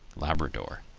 labrador.